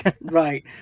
Right